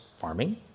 farming